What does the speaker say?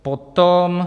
Potom...